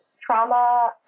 trauma